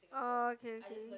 orh okay okay